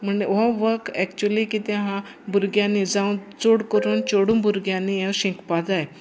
म्हण हो work actually कितें आसा भुरग्यांनी जावं चड करून चेडूं भुरग्यांनी हें शिकपाक जाय